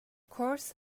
course